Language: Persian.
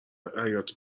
حیاط